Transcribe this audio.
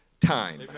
time